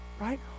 Right